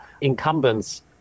incumbents